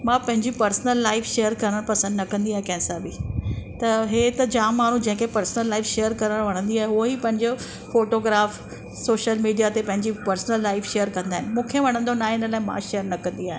मां मुंहिंजी personal life share करणु पसंदि न कंदी आहियां कंहिंसां बि त हे त जामु माण्हू जंहिंखे पर्सनल लाइफ़ शेर करणु वणंदी आहे उहो ई पंहिंजो फ़ोटोग्राफ सोशियल मिडिया ते पंहिंजी पर्सनल लाइफ़ शेर कंदा आहिनि मूंखे वणंदो न आहे हिन करे मां शेर न कंदी आहियां